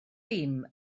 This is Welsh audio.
dim